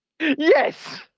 Yes